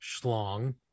Schlong